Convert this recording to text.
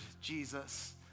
Jesus